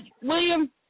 William